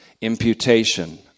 imputation